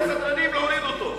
מהסדרנים להוריד אותו.